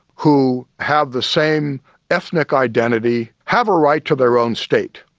who have the same ethnic identity, have a right to their own state.